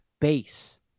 base